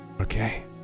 Okay